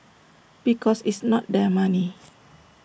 because it's not their money